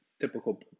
typical